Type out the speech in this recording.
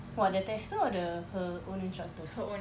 what the tester or the her own instructor